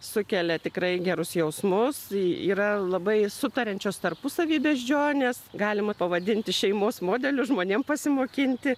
sukelia tikrai gerus jausmus yra labai sutariančios tarpusavy beždžionės galima pavadinti šeimos modeliu žmonėm pasimokinti